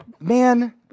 man